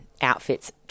outfits